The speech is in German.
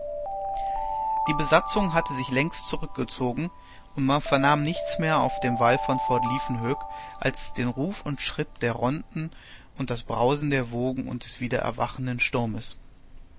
die besatzung hatte sich längst zurückgezogen und man vernahm nichts mehr auf dem wall von fort liefkenhoek als den ruf und schritt der ronden und das brausen der wogen und des wieder erwachenden sturmes